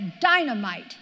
dynamite